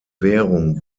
währung